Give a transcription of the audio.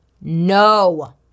no